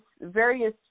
various